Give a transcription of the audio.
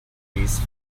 piece